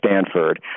Stanford